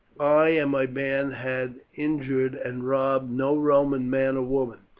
i and my band had injured and robbed no roman man or woman.